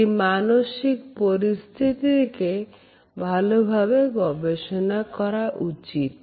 সেই মানসিক পরিস্থিতিকে ভালোভাবে গবেষণা করা উচিত